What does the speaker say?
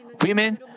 women